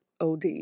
od